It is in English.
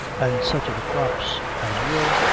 and such of the crops as were,